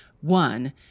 One